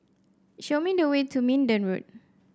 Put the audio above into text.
show me the way to Minden Road